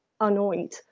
annoyed